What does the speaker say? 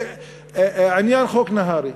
עניין חוק נהרי.